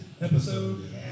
episode